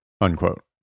Unquote